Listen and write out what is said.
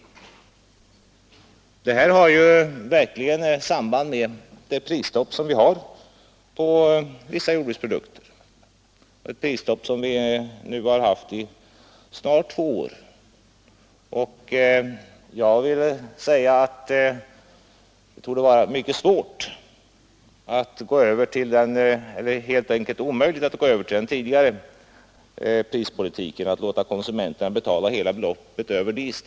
Detta spörsmål har verkligen samband med det prisstopp på vissa jordbruksprodukter som vi nu har haft i snart två år. Det torde vara mycket svårt, ja helt enkelt omöjligt, att gå tillbaka till den tidigare prispolitiken och låta konsumenterna betala hela priset över disk.